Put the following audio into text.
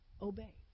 obey